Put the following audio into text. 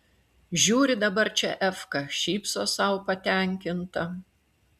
žiūri dabar čia efka šypsos sau patenkinta